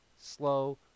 Slow